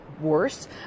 worse